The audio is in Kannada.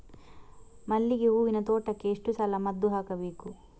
ಮಲ್ಲಿಗೆ ಹೂವಿನ ತೋಟಕ್ಕೆ ಎಷ್ಟು ಸಲ ಮದ್ದು ಹಾಕಬೇಕು?